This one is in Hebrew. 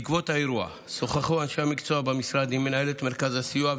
בעקבות האירוע שוחחו אנשי המקצוע במשרד עם מנהלת מרכז הסיוע,